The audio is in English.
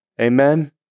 Amen